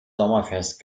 sommerfest